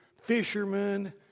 fishermen